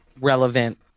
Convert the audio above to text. relevant